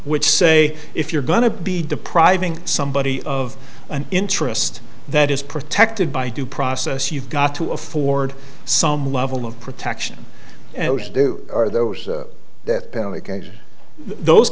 which say if you're going to be depriving somebody of an interest that is protected by due process you've got to afford some level of protection to do are those th